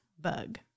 bug